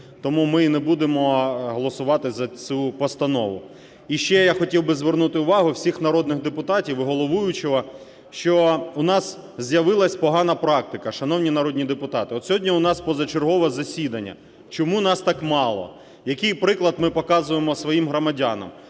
Тому ми і не будемо голосувати за цю постанову. І ще я хотів би звернути увагу всіх народних депутатів і головуючого, що у нас з'явилась погана практика, шановні народні депутати. От сьогодні у нас позачергове засідання. Чому нас так мало? Який приклад ми показуємо своїм громадянам?